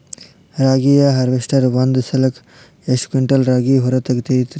ರಾಗಿಯ ಹಾರ್ವೇಸ್ಟರ್ ಒಂದ್ ಸಲಕ್ಕ ಎಷ್ಟ್ ಕ್ವಿಂಟಾಲ್ ರಾಗಿ ಹೊರ ತೆಗಿತೈತಿ?